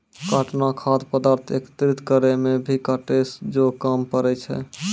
काटना खाद्य पदार्थ एकत्रित करै मे भी काटै जो काम पड़ै छै